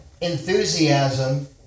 enthusiasm